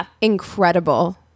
incredible